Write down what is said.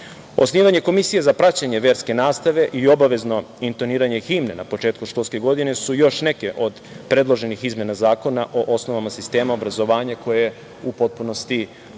komisije za praćenje verske nastave i obavezno intoniranje himne na početku školske godine, su još neke od predloženih izmena Zakona o osnovama sistema obrazovanja koje u potpunosti podržavamo.